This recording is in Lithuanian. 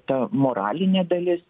ta moralinė dalis